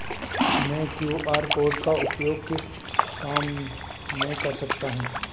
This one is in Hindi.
मैं क्यू.आर कोड का उपयोग किस काम में कर सकता हूं?